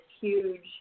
huge